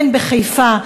בין בחיפה,